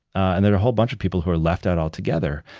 and there are a whole bunch of people who are left out all together.